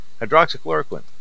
hydroxychloroquine